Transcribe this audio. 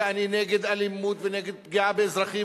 שאני נגד אלימות ונגד פגיעה באזרחים